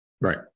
Right